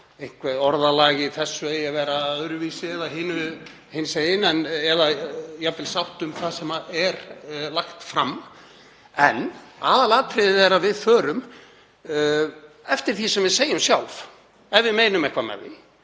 á orðalagi, að það eigi að vera svona eða hinsegin, eða jafnvel náð sátt um það sem er lagt fram. En aðalatriðið er að við förum eftir því sem við segjum sjálf. Ef við meinum eitthvað með því,